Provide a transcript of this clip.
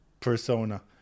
persona